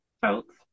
folks